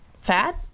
fat